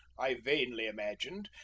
i vainly imagined,